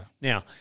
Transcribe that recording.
Now